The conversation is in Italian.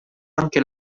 anche